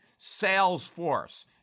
Salesforce